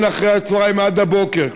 מאחר-הצהריים עד הבוקר.